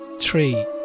Three